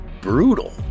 Brutal